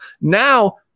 Now